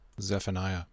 Zephaniah